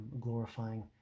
glorifying